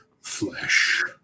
Flesh